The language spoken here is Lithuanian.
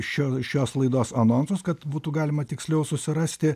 šio šios laidos anonsus kad būtų galima tiksliau susirasti